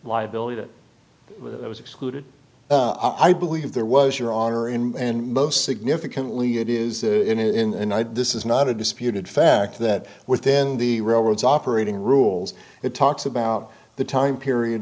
liability that was excluded i believe there was your honor and most significantly it is in this is not a disputed fact that within the railroads operating rules it talks about the time period